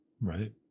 Right